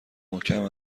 محکم